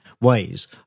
ways